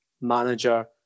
manager